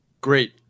great